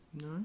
no